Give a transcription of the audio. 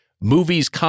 movies